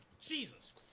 Jesus